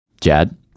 Jad